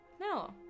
no